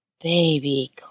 baby